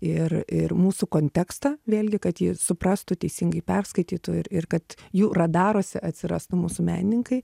ir ir mūsų kontekstą vėlgi kad jie suprastų teisingai perskaitytų ir ir kad jų radaruose atsirastų mūsų menininkai